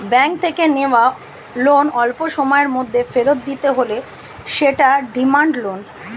bank থেকে নেওয়া loan অল্পসময়ের মধ্যে ফেরত দিতে হলে সেটা ডিমান্ড লোন